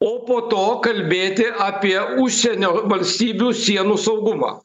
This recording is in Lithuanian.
o po to kalbėti apie užsienio valstybių sienų saugumą